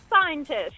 scientist